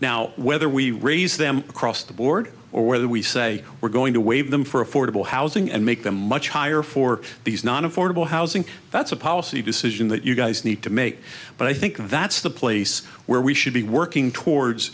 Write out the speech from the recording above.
now whether we raise them across the board or whether we say we're going to waive them for affordable housing and make them much higher for these not affordable housing that's a policy decision that you guys need to make but i think that's the place where we should be working towards